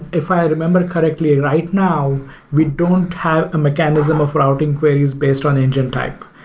if i remember correctly, right now we don't have a mechanism of routing queries based on engine type.